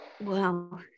Wow